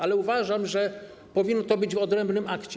Ale uważam, że powinno to być w odrębnym akcie.